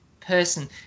person